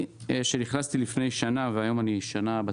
כשנכנסתי לפני שנה בדיוק לתפקידי,